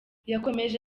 yakomeje